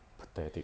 pathetic